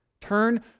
Turn